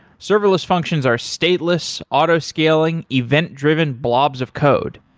serverless functions are stateless, auto-scaling, event-driven blobs of code.